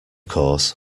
course